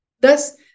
Thus